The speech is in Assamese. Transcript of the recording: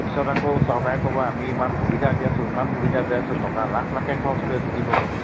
পিছত আকৌ চৰকাৰে ক'ব আমি ইমান সুবিধা দি আছোঁ ইমান সুবিধা দি আছোঁ টকা লাখ লাখকৈ খৰচ কৰি আছোঁ বুলি ক'ব